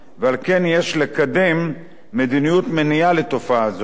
ועל כן יש לקדם מדיניות מניעה לתופעה הזאת,